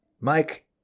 Mike